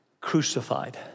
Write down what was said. crucified